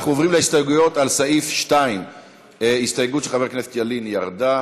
אנחנו עוברים להסתייגות לסעיף 2. ההסתייגות של חבר הכנסת ילין ירדה.